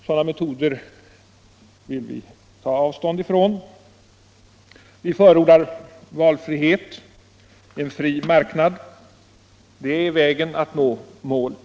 Sådana metoder vill vi ta avstånd från. Vi förordar valfrihet, en fri marknad. Det är vägen att nå målet.